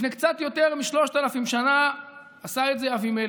לפני קצת יותר מ-3,000 שנה עשה את זה אבימלך.